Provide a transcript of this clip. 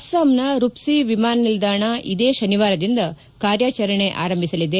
ಅಸ್ಲಾಂನ ರುಪ್ಲಿ ವಿಮಾನ ನಿಲ್ದಾಣ ಇದೇ ಶನಿವಾರದಿಂದ ಕಾರ್ಯಾಚರಣೆ ಆರಂಭಿಸಲಿದೆ